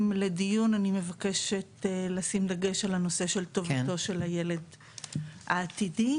אני מבקשת לשים דגש על טובתו של הילד העתידי,